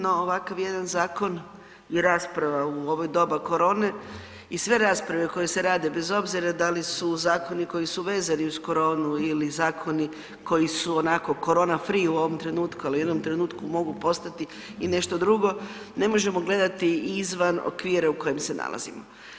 No ovakav jedan zakon i rasprava u ovo doba korone i sve rasprave koje se rade bez obzira da li su zakoni koji su vezani uz koronu ili zakoni koji su onako korona free u ovom trenutku, ali u jednom trenutku mogu postati i nešto drugo, ne možemo gledati i izvan okvira u kojem se nalazimo.